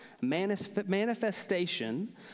manifestation